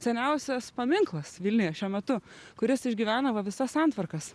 seniausias paminklas vilniuje šiuo metu kuris išgyveno va visas santvarkas